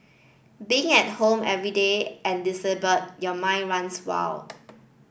being at home every day and disabled your mind runs wild